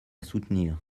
soutenir